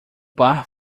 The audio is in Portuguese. par